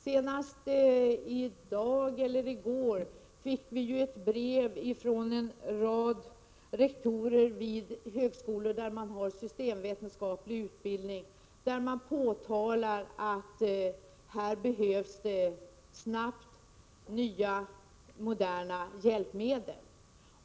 Senast i dag eller i går fick vi ju ett brev från en rad rektorer vid högskolor där man har systemvetenskaplig utbildning. I brevet framhålls att här behövs det snabbt nya, moderna hjälpmedel.